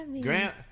Grant